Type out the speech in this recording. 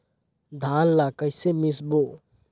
धान ला कइसे मिसबो?